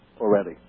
already